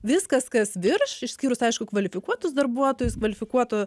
viskas kas virš išskyrus aišku kvalifikuotus darbuotojus kvalifikuoto